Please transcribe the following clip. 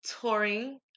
touring